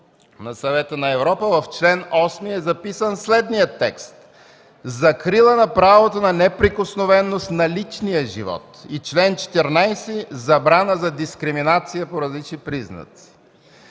на Съвета на Европа в чл. 8 е записан следният текст: „Закрила на правото на несъприкосновеност на личния живот”; в чл. 14: „Забрана за дискриминация по различни признаци”.